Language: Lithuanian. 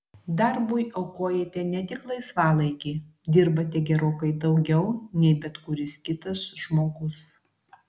darbui aukojate net tik laisvalaikį dirbate gerokai daugiau nei bet kuris kitas žmogus